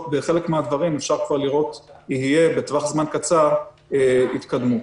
בחלק מן הדברים בטווח זמן קצר תהיה התקדמות.